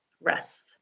rest